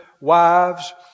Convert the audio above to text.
Wives